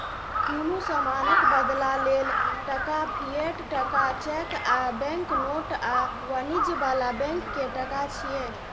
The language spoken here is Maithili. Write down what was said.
कुनु समानक बदला लेल टका, फिएट टका, चैक आ बैंक नोट आ वाणिज्य बला बैंक के टका छिये